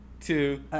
Two